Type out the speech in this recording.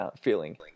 feeling